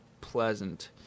pleasant